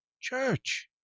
church